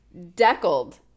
Deckled